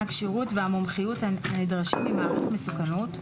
הכשירות והמומחיות הנדרשים ממעריך מסוכנות,